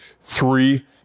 three